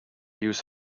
use